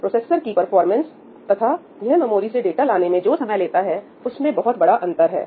processor की performance तथा यह मेमोरी से डाटा लाने में जो समय लेता है उस में बहुत बड़ा अंतर है